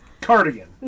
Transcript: Cardigan